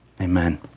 amen